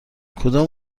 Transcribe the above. کدام